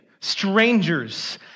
strangers